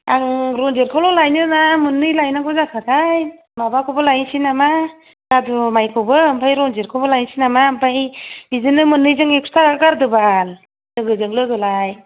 आं रन्जितखौल' लानो ना मोननै लायनांगौ जाखोथाय माबाखौबो लायनोसै नामा जादु माइखौबो आमफ्राय रन्जितखौ लायनोसैनामा आमफाय बिदिनो मोननैजों एकस' थाखा गारदोबाल लोगोजों लोगोलाय